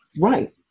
Right